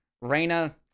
Reina